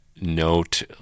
Note